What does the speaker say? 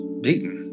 beaten